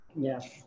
Yes